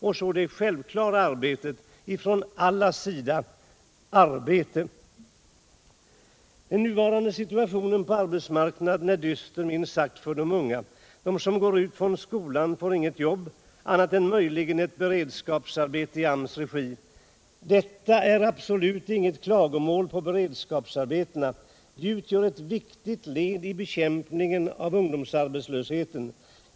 Och så förstås det för alla självklara kravet: arbete. Den nuvarande situationen på arbetsmarknaden är minst sagt dyster för de unga. De som kommer ut från skolan får inget jobb, annat än möjligen ett beredskapsarbete i AMS regi. Detta är absolut inget klagomål på beredskapsarbetena. De utgör ett viktigt led i bekämpningen av ungdomsarbetslösheten.